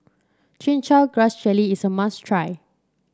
Chin Chow Grass Jelly is a must try